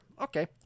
Okay